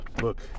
Look